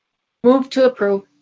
move to approve.